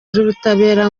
z’ubutabera